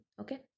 Okay